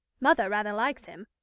mother rather likes him.